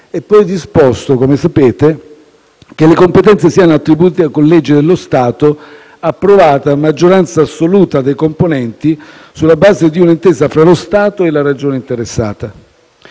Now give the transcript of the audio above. È disposto, come sapete, che le competenze siano attribuite con legge dello Stato, approvata a maggioranza assoluta dei componenti, sulla base di un'intesa tra lo Stato e la Regione interessata.